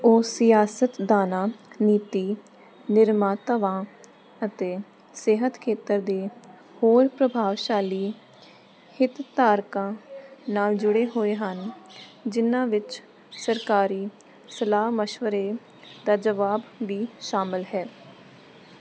ਉਹ ਸਿਆਸਤਦਾਨਾਂ ਨੀਤੀ ਨਿਰਮਾਤਾਵਾਂ ਅਤੇ ਸਿਹਤ ਖੇਤਰ ਦੇ ਹੋਰ ਪ੍ਰਭਾਵਸ਼ਾਲੀ ਹਿੱਤਧਾਰਕਾਂ ਨਾਲ ਜੁੜੇ ਹੋਏ ਹਨ ਜਿਨ੍ਹਾਂ ਵਿੱਚ ਸਰਕਾਰੀ ਸਲਾਹ ਮਸ਼ਵਰੇ ਦਾ ਜਵਾਬ ਵੀ ਸ਼ਾਮਲ ਹੈ